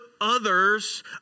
others